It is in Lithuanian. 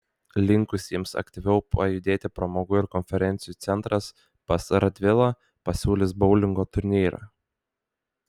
linkusiems aktyviau pajudėti pramogų ir konferencijų centras pas radvilą pasiūlys boulingo turnyrą